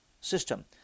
system